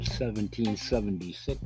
1776